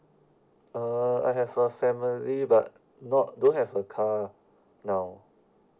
uh I have a family but not don't have a car now